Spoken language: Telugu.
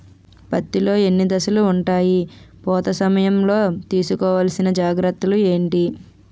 పత్తి లో ఎన్ని దశలు ఉంటాయి? పూత సమయం లో తీసుకోవల్సిన జాగ్రత్తలు ఏంటి?